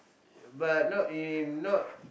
but not in not